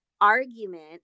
arguments